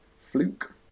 fluke